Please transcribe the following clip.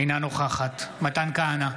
אינה נוכחת מתן כהנא,